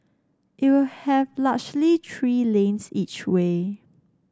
it will have largely three lanes each way